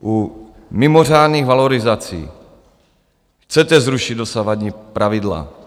U mimořádných valorizací chcete zrušit dosavadní pravidla.